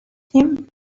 him